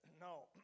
No